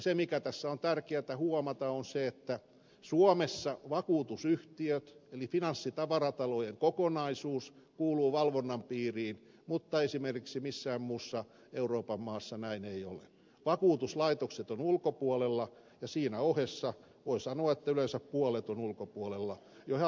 se mikä tässä on tärkeätä huomata on se että suomessa vakuutusyhtiöiden eli finanssitavaratalojen kokonaisuus kuuluu valvonnan piiriin mutta esimerkiksi missään muussa euroopan maassa näin ei ole vakuutuslaitokset ovat ulkopuolella ja siinä ohessa voi sanoa yleensä puolet on itäpuolella juna